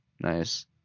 Nice